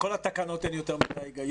בכל התקנות האלה אין יותר מדי הגיון,